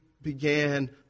began